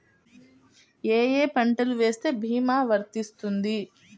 ఏ ఏ పంటలు వేస్తే భీమా వర్తిస్తుంది?